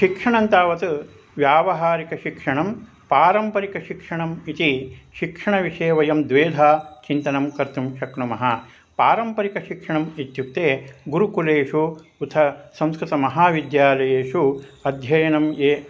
शिक्षणं तावत् व्यावहारिकशिक्षणं पारम्परिकशिक्षणम् इति शिक्षणविषये वयं द्वेधा चिन्तनं कर्तुं शक्नुमः पारम्परिकशिक्षणम् इत्युक्ते गुरुकुलेषु उत संस्कृतमहाविद्यालयेषु अध्ययनं ये